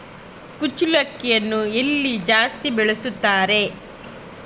ಕುಚ್ಚಲಕ್ಕಿಯನ್ನು ಎಲ್ಲಿ ಜಾಸ್ತಿ ಬೆಳೆಸ್ತಾರೆ?